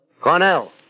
Cornell